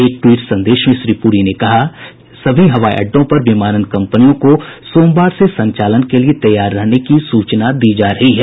एक ट्वीट संदेश में श्री पुरी ने कहा कि सभी हवाई अड्डों और विमानन कम्पनियों को सोमवार से संचालन के लिए तैयार रहने की सूचना दी जा रही है